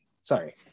Sorry